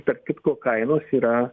tarp kitko kainos yra